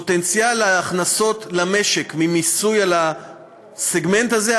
פוטנציאל ההכנסות למשק ממיסוי על הסגמנט הזה,